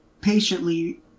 patiently